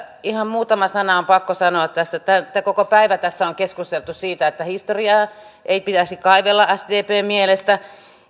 ihan muutama sana on pakko sanoa tässä tämä koko päivä on keskusteltu siitä että historiaa ei pitäisi kaivella sdpn mielestä